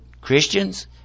Christians